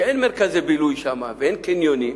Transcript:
ואין שם מרכזי בילוי שם ואין קניונים,